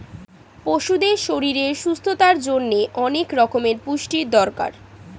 পশুদের শরীরের সুস্থতার জন্যে অনেক রকমের পুষ্টির দরকার